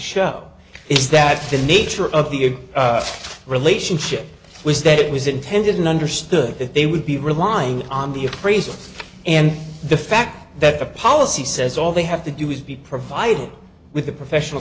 is that the nature of the relationship was that it was intended and understood that they would be relying on the appraisal and the fact that apollo she says all they have to do is be provided with the professional